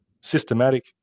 systematic